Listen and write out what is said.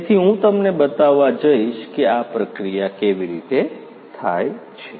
તેથી હું તમને બતાવવા જઈશ કે આ પ્રક્રિયા કેવી રીતે થાય છે